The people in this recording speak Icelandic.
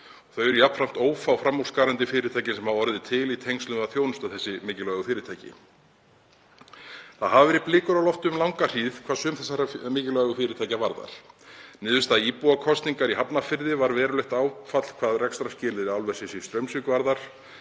Þau eru jafnframt ófá framúrskarandi fyrirtækin sem hafa orðið til í tengslum við að þjónusta þessi mikilvægu fyrirtæki. Blikur hafa verið á lofti um langa hríð hvað sum þessara mikilvægu fyrirtækja varðar. Niðurstaða íbúakosningar í Hafnarfirði var verulegt áfall hvað rekstrarskilyrði álversins í Straumsvík varðar.